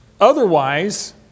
Otherwise